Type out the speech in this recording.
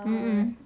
mm mm